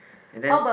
and then